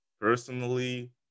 personally